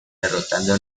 derrotando